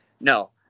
No